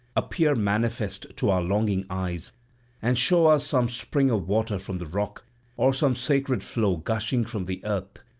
appear manifest to our longing eyes and show us some spring of water from the rock or some sacred flow gushing from the earth,